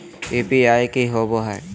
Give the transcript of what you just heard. UPI की होबो है?